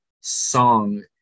song